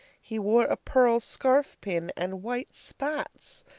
he wore a pearl scarf pin and white spats!